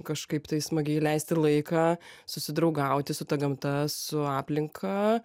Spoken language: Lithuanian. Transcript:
kažkaip tai smagiai leisti laiką susidraugauti su ta gamta su aplinka